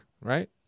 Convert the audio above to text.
right